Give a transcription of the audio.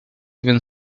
even